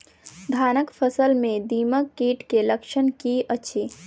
धानक फसल मे दीमक कीट केँ लक्षण की अछि?